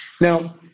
Now